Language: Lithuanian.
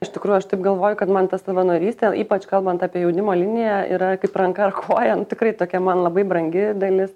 iš tikrųjų aš taip galvoju kad man ta savanorystė ypač kalbant apie jaunimo liniją yra kaip ranka ar koja nu tikrai tokia man labai brangi dalis